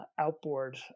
outboard